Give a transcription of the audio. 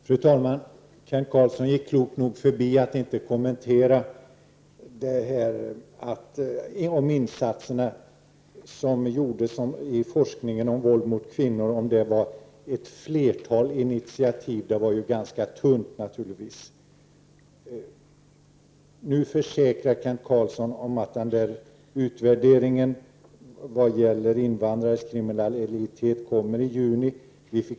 Fru talman! Kent Carlsson var klok nog att avstå från att kommentera resonemanget om insatserna när det gäller forskningen om våld mot kvinnor och om antalet initiativ i det sammanhanget. Naturligtvis har det varit ganska tunnsått när det gäller antalet initiativ. Nu försäkrar Kent Carlsson att utvärderingen vad gäller invandrarnas kriminalitet kommer att vara klar i juni.